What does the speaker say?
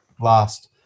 last